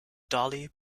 dolly